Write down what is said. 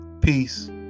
Peace